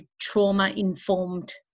trauma-informed